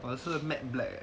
我的是 matte black eh